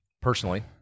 Personally